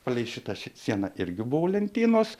palei šitą sieną irgi buvo lentynos